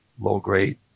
low-grade